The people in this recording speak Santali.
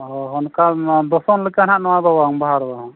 ᱚᱻ ᱚᱱᱠᱟ ᱢᱟ ᱫᱚᱥᱚᱱ ᱞᱮᱠᱟ ᱦᱟᱸᱜ ᱱᱚᱣᱟ ᱫᱚ ᱵᱟᱝ ᱱᱚᱣᱟ ᱵᱟᱦᱟ ᱞᱮᱱᱟ